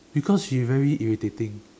because she very irritating